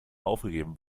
aufgegeben